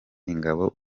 ingabo